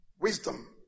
Wisdom